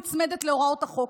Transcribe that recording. נצמדת להוראות החוק,